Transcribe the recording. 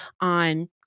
on